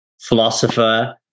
philosopher